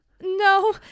No